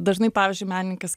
dažnai pavyzdžiui menininkas